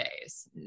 days